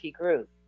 group